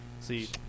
see